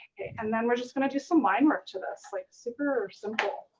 and then we're just gonna do some line work to this, like super simple.